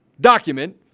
document